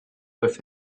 with